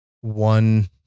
one